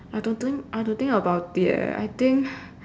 I have to think I have to think about it leh I think